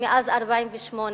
מאז 48',